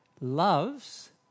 loves